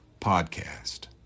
podcast